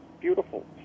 beautiful